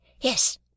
Yes